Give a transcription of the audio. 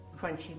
crunchy